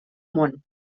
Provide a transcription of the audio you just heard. món